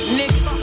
niggas